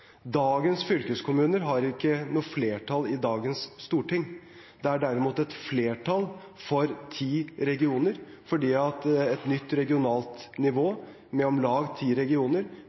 dagens fylkeskommuner. Dagens fylkeskommuner har ikke noe flertall i dagens storting. Det er derimot et flertall for ti regioner fordi et nytt regionalt nivå, med om lag ti regioner,